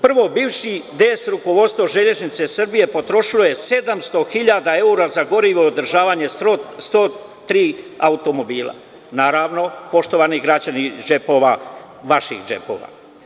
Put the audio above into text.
Prvo, bivše DS rukovodstvo Železnice Srbije potrošilo je 700.000 evra za gorivo i održavanje 103 automobila, naravno, poštovani građani, iz vaših džepova.